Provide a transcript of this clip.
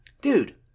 Dude